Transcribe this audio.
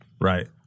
Right